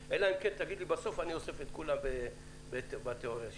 אלא אם כן תגיד לי בסוף שאתה אוסף את הכול בתיאוריה שלך.